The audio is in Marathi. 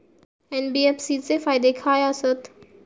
एन.बी.एफ.सी चे फायदे खाय आसत?